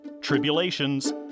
tribulations